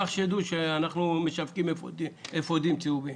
יחשדו שאנחנו משווקים אפודים צהובים.